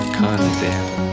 condemn